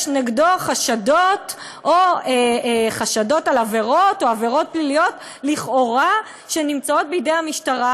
יש נגדם חשדות על עבירות או עבירות פליליות לכאורה שנמצאות בידי המשטרה.